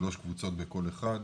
שלוש קבוצות בכל אחד,